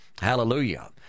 hallelujah